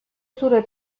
zure